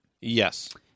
Yes